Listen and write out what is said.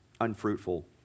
unfruitful